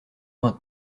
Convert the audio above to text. vingt